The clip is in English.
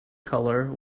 colour